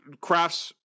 crafts